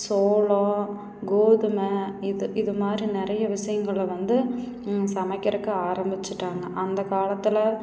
சோளம் கோதுமை இது இது மாதிரி நிறையா விஷயங்கள வந்து சமைக்கிறதுக்கு ஆரம்பித்துட்டாங்க அந்த காலத்தில்